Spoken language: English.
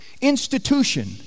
institution